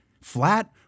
flat